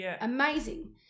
amazing